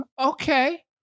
Okay